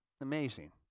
Amazing